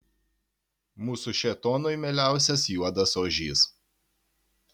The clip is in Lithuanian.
mūsų šėtonui mieliausias juodas ožys